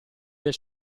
del